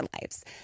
lives